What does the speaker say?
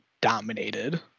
dominated